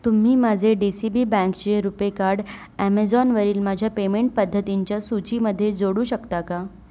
तुम्ही माझे D C B बँकचे रुपे कार्ड ऍमेझॉनवरील माझ्या पेमेंट पद्धतींच्या सूचीमध्ये जोडू शकता का